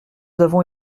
avons